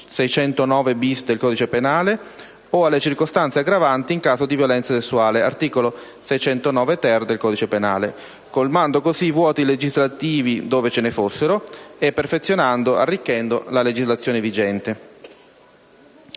609-*bis* del codice penale) o alle circostanze aggravanti in caso di violenza sessuale (articolo 609-*ter* del codice penale), colmando così i vuoti legislativi, dove ve ne fossero, e perfezionando ed arricchendo la legislazione vigente.